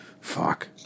Fuck